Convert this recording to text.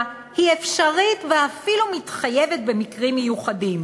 היא אפשרית ואפילו מתחייבת במקרים מיוחדים,